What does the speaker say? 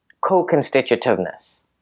co-constitutiveness